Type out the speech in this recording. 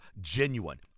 genuine